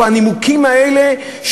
או הנימוקים האלה,